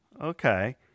okay